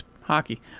hockey